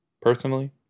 personally